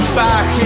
back